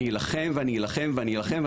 אני אילחם ואני אילחם ואני אילחם,